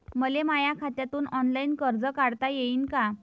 मले माया खात्यातून ऑनलाईन कर्ज काढता येईन का?